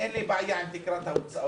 אין לי בעיה עם תקרת ההוצאות